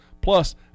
plus